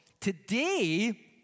Today